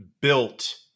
built